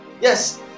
yes